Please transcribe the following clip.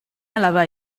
alaba